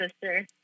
sister